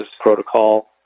protocol